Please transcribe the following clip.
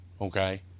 okay